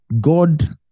God